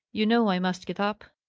you know i must get up.